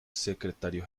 secretario